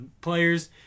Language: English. players